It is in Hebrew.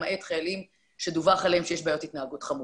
למעט חיילים שדווח עליהם שיש בעיות התנהגות חמורות.